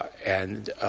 and